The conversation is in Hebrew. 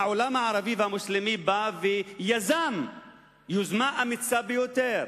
העולם הערבי והמוסלמי, בא ויזם יוזמה אמיצה ביותר,